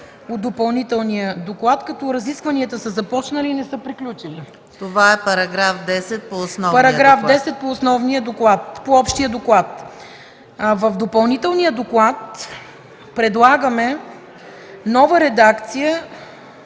В Допълнителния доклад предлагаме нова редакция